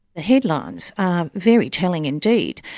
the headlines are very telling indeed.